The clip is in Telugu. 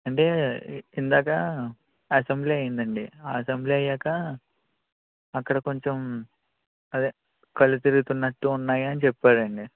అంటే ఇందాక అసెంబ్లీ అయ్యిందండి అసెంబ్లీ అయ్యాక అక్కడ కొంచెం అదే కళ్ళు తిరుగుతున్నట్టు ఉన్నాయని చెప్పాడండి